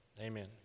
Amen